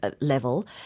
level